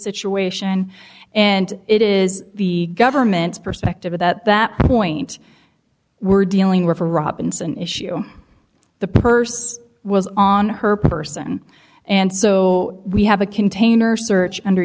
situation and it is the government's perspective that that point we're dealing with a robinson issue the purse was on her person and so we have a container search under